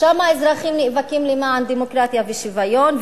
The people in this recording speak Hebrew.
שם האזרחים נאבקים למען דמוקרטיה ושוויון,